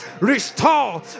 Restore